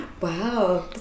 Wow